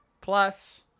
Plus